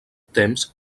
temps